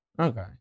okay